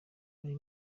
muri